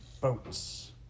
boats